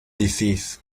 disease